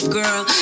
girl